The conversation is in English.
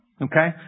Okay